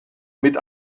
mit